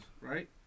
right